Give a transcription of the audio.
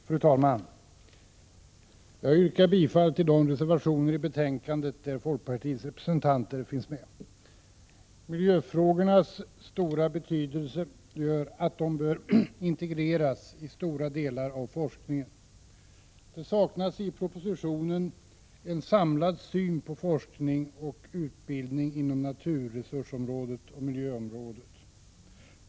Fru talman! Jag yrkar bifall till de reservationer i betänkandet som folkpartiets representanter varit med om att avge. Miljöfrågornas stora betydelse gör att de bör integreras i stora delar av forskningen. Det saknas i propositionen en samlad syn på forskning och utbildning inom naturresursområdet och miljöområdet.